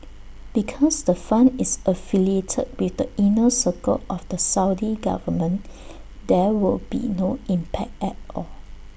because the fund is affiliated with the inner circle of the Saudi government there will be no impact at all